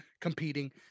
competing